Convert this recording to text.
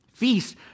Feast